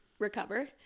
recover